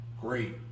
great